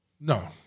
No